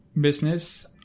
business